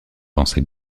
pensa